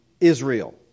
Israel